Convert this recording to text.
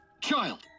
child